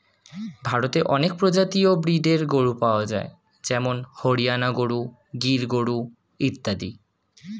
ভারতে অনেক প্রজাতি ও ব্রীডের গরু পাওয়া যায় যেমন হরিয়ানা গরু, গির গরু ইত্যাদি